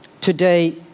today